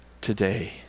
today